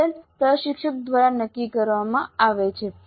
pattern પ્રશિક્ષક દ્વારા નક્કી કરવામાં આવે છે